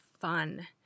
fun